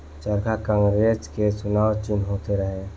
चरखा कांग्रेस के चुनाव चिन्ह होत रहे